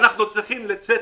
אנחנו צריכים לצאת